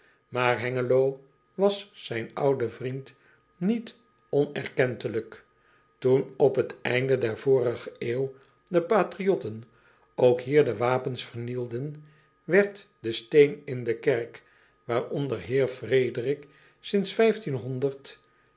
aar engelo was zijn ouden vriend niet onerkentelijk oen op t eind der vorige eeuw de patriotten ook hier de wapens vernielden werd de steen in de kerk waaronder eer